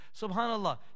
Subhanallah